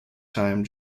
time